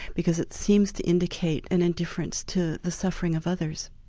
because it seems to indicate an indifference to the suffering of others.